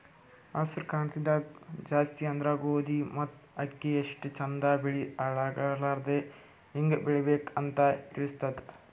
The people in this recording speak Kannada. ಹಸ್ರ್ ಕ್ರಾಂತಿದಾಗ್ ಜಾಸ್ತಿ ಅಂದ್ರ ಗೋಧಿ ಮತ್ತ್ ಅಕ್ಕಿ ಎಷ್ಟ್ ಚಂದ್ ಬೆಳಿ ಹಾಳಾಗಲಾರದೆ ಹೆಂಗ್ ಬೆಳಿಬೇಕ್ ಅಂತ್ ತಿಳಸ್ತದ್